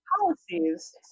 policies